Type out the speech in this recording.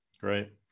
Great